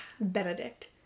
Benedict